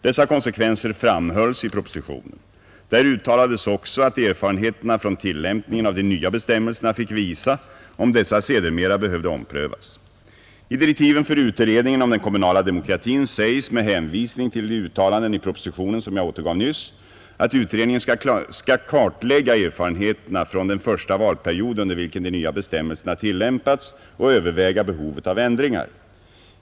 Dessa konsekvenser framhölls i propositionen. Där uttalades också att erfarenheterna från tillämpningen av de nya bestämmelserna fick visa om dessa sedermera behövde omprövas. I direktiven för utredningen om den kommunala demokratin sägs med hänvisning till de uttalanden i propositionen, som jag återgav nyss, att utredningen skall kartlägga erfarenheterna från den första valperiod under vilken de nya bestämmelserna tillämpats och överväga behovet av ändringar.